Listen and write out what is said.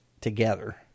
together